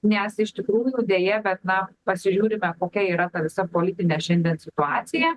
nes iš tikrųjų deja bet na pasižiūrime kokia yra ta visa politine šiandien situacija